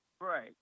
Right